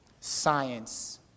science